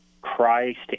Christ